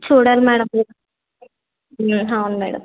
చూడాలి మేడం అవును మేడం